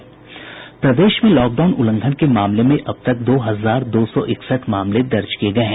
प्रदेश में लॉकडाउन उल्लंघन के मामले में अब तक दो हजार दो सौ इकसठ मामले दर्ज किये गये हैं